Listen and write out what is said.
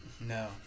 No